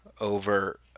over